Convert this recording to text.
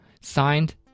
signed